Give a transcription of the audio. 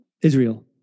Israel